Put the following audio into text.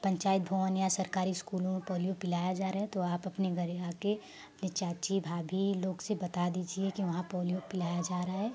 पंचायत भवन या सरकारी स्कूलों में पोलियो पिलाया जा रहा है तो आप अपने घरे आ कर अपनी चाची भाभी लोग से बता दीजिए कि वहाँ पोलियो पिलाया जा रहा है